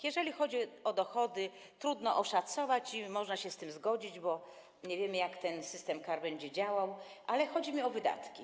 Jeżeli chodzi o dochody, trudno je oszacować, i można się z tym zgodzić, bo nie wiemy, jak ten system kar będzie działał, ale chodzi mi o wydatki.